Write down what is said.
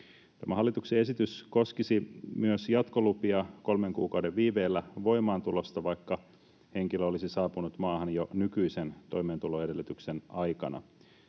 hallituksen esitys koskisi myös jatkolupia kolmen kuukauden viiveellä voimaantulosta, vaikka henkilö olisi saapunut maahan jo nykyisen toimeentuloedellytyksen aikana.